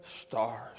stars